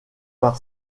par